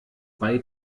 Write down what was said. bei